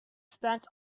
stands